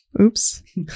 oops